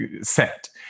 set